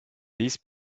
those